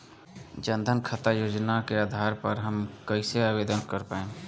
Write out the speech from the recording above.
जन धन योजना खाता के आधार पर हम कर्जा कईसे आवेदन कर पाएम?